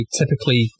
typically